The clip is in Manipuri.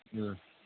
ꯎꯝ